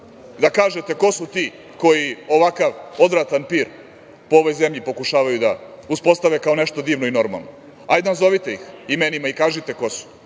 da kažete ko su ti koji ovakav odvratan pir po ovoj zemlji pokušavaju da uspostave kao nešto divno i normalno? Hajde, nazovite ih imenima i kažite ko su.